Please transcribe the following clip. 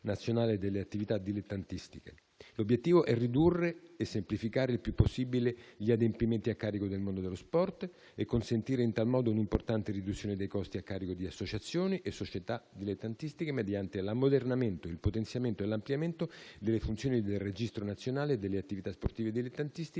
L'obiettivo è ridurre e semplificare il più possibile gli adempimenti a carico del mondo dello sport e consentire in tal modo un'importante riduzione dei costi a carico di associazioni e società dilettantistiche mediante l'ammodernamento, il potenziamento e l'ampliamento delle funzioni del Registro nazionale delle attività sportive dilettantistiche